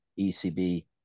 ECB